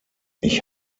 ich